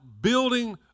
building